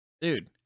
Dude